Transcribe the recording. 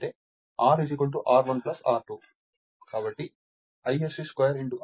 కాబట్టి Isc2R Wsc wattmeter పఠనం వస్తుంది